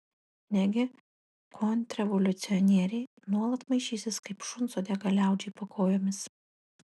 negi kontrrevoliucionieriai nuolat maišysis kaip šuns uodega liaudžiai po kojomis